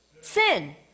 sin